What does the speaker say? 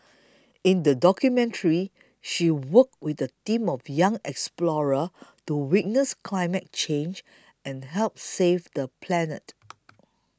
in the documentary she worked with a team of young explorers to witness climate change and help save the planet